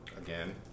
Again